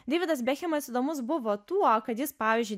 deividas bekhemas įdomus buvo tuo kad jis pavyzdžiui